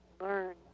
learn